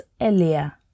earlier